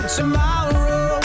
tomorrow